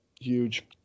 Huge